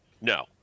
No